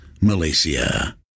Malaysia